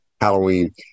halloween